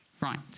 right